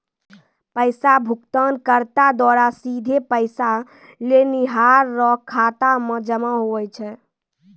पैसा भुगतानकर्ता द्वारा सीधे पैसा लेनिहार रो खाता मे जमा हुवै छै